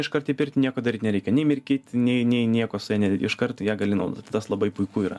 iškart į pirtį nieko daryt nereikia nei mirkyt nei nei nieko ne iš karto ją gali naudot tai tas labai puiku yra